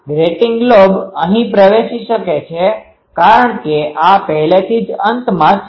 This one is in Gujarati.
આ ગ્રેટિંગ લોબ અહીં પ્રવેશી શકે છે કારણ કે આ પહેલેથી જ અંતમાં છે